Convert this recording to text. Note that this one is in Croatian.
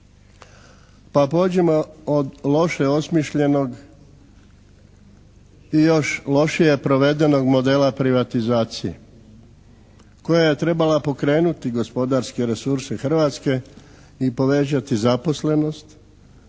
Pa pođimo od loše osmišljenog i još lošije provedenog modela privatizacije koja je trebala pokrenuti gospodarske resurse Hrvatske i povećati zaposlenost,